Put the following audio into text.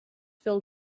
filled